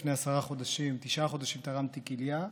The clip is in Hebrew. לפני תשעה חודשים תרמתי כליה.